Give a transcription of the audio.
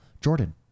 Jordan